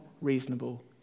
reasonable